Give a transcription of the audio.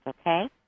okay